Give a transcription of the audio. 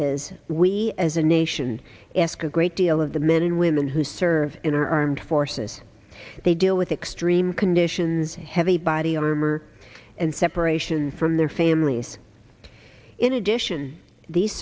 is we as a nation ask a great deal of the men and women who serve in our armed forces they deal with extreme conditions heavy body armor and separation from their families in addition the